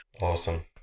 Awesome